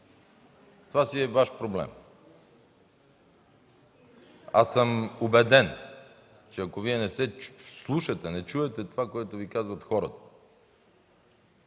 Това си е Ваш проблем. Аз съм убеден, че ако не се вслушате, не чуете това, което Ви казват хората,